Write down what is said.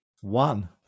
one